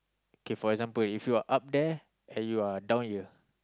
okay for example if you are up there and you are down here